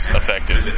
effective